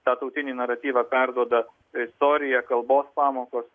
tą tautinį naratyvą perduoda istorija kalbos pamokos